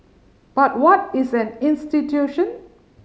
but what is an institution